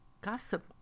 gossip